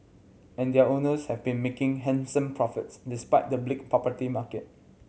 and their owners have been making handsome profits despite the bleak property market